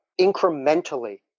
incrementally